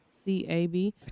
C-A-B